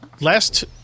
last